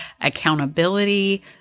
accountability